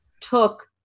took